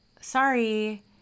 Sorry